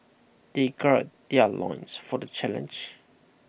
they gird their loins for the challenge